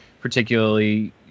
particularly